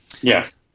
Yes